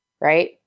right